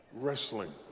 wrestling